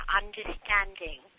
understanding